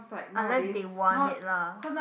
unless they want it lah